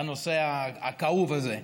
בנושא הכאוב הזה.